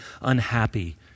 unhappy